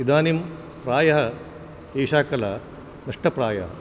इदानीं प्रायः एषा कला नष्टप्रायः